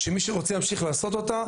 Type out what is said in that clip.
שמי שרוצה להמשיך לעשות אותה,